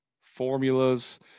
formulas